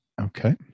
Okay